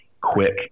quick